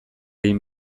egin